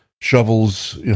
shovels